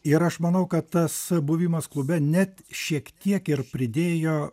ir aš manau kad tas buvimas klube net šiek tiek ir pridėjo